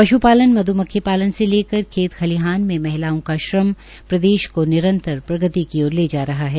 पश्पालन मध्मक्खी पालन से लेकर कर खेल खलिहान में महिलाओं का श्रम प्रदेश को निरंतर प्रग्रति की ओर ले जा रहा है